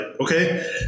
okay